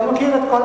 אני מכיר את כל,